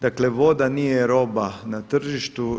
Dakle, voda nije roba na tržištu.